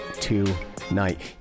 tonight